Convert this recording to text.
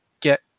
get